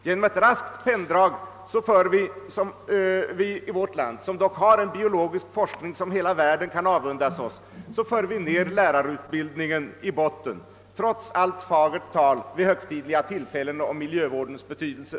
Genom ett raskt penndrag för vi, som dock har en biologiforskning som hela världen kan avundas oss, ned lärarutbildnigen till botten, trots allt fagert tal vid högtidliga tillfällen om miljövårdens betydelse.